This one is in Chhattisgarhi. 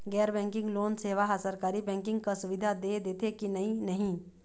गैर बैंकिंग लोन सेवा हा सरकारी बैंकिंग कस सुविधा दे देथे कि नई नहीं?